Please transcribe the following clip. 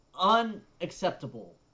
unacceptable